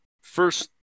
first